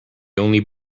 only